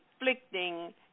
inflicting